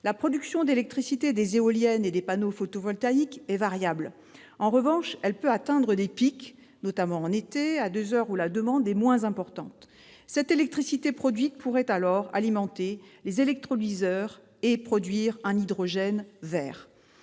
La production d'électricité des éoliennes et des panneaux photovoltaïques est variable. En revanche, elle peut atteindre des pics, notamment en été, à des heures où la demande est moins importante. Cette électricité produite pourrait alors alimenter les électrolyseurs et produire un hydrogène « vert